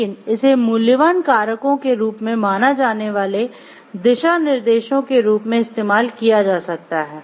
लेकिन इसे मूल्यवान कारकों के रूप में माना जाने वाले दिशानिर्देशों के रूप में इस्तेमाल किया जा सकता है